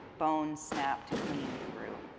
bone snapped clean through.